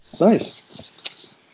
nice